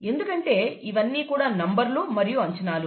ఎందుకంటే ఇవన్నీ కూడా నంబర్లు మరియు అంచనాలు